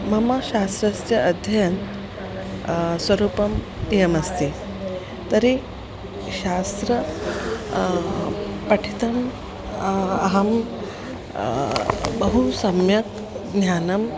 मम शास्त्रस्य अध्ययनम् स्वरूपम् इदमस्ति तर्हि शास्त्रं पठितुम् अहं बहु सम्यक् ज्ञानं